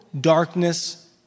darkness